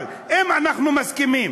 אבל אם אנחנו מסכימים,